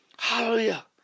Hallelujah